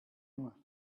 hour